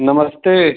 नमस्ते